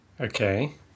Okay